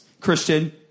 Christian